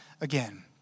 again